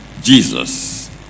Jesus